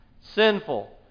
sinful